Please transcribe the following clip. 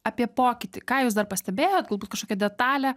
apie pokytį ką jūs dar pastebėjot galbūt kažkokią detalę